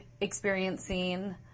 experiencing